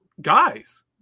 guys